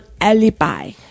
alibi